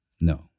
No